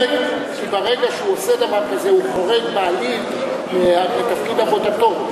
כי ברגע שהוא עושה דבר כזה הוא חורג בעליל מתפקיד עבודתו.